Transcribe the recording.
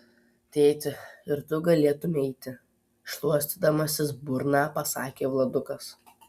tėti ir tu galėtumei eiti šluostydamasis burną pasakė vladukas